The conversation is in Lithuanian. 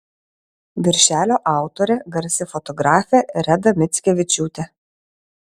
viršelio autorė garsi fotografė reda mickevičiūtė